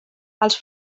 els